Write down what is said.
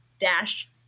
dash